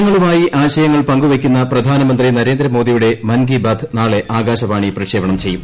ജനങ്ങളുമായി ആശയങ്ങൾ പങ്കുവയ്ക്കുന്ന പ്രധാനമന്ത്രി നരേന്ദ്ര മോദിയുടെ മൻ കി ബാത് നാളെ ആകാശവാണി പ്രക്ഷേപണം ചെയ്യും